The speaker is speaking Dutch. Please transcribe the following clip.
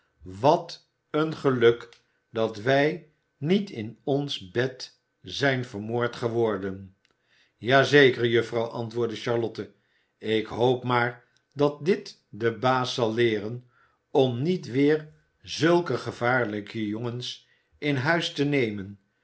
wat een geluk dat wij niet in ons bed zijn vermoord geworden ja zeker juffrouw antwoordde charlotte ik hoop maar dat dit den baas zal leeren om niet weer zulke gevaarlijke jongens in huis te nemen